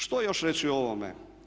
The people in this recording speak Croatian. Što još reći o ovome?